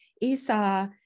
Esau